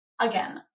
again